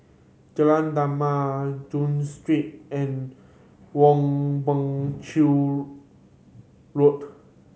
Jalan Damai Street and Woon Chew Road